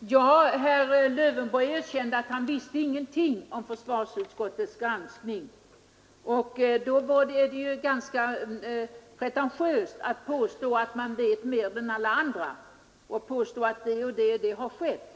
Herr talman! Herr Lövenborg erkände att han inte visste någonting om försvarsutskottets granskning, och då är det ju ganska pretentiöst av honom att påstå att han vet mer än alla andra vad som har skett.